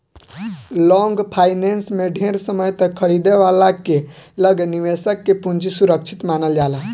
long finance में ढेर समय तक खरीदे वाला के लगे निवेशक के पूंजी सुरक्षित मानल जाला